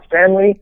family